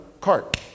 cart